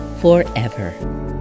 forever